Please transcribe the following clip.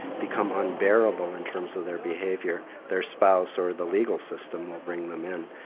become unbearable in terms of their behaviour their spouse or the legal system will bring them in.